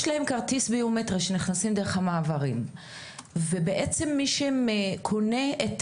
יש להם כרטיס ביומטרי שנכנסים דרך המעברים ובעצם מי שקונה את